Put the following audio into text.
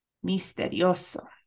Misterioso